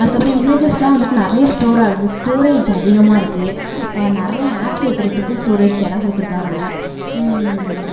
அதுக்கப்புறம் இமேஜஸ்லாம் வந்துட்டு நிறைய ஸ்டோர் ஆகுது ஸ்டோரேஜ் அதிகமாக இருக்குது நிறைய ஆப்ஸ் ஏத்துகிறதுக்கும் ஸ்டோரேஜ் இடம் கொடுத்துருக்காங்க